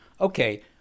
Okay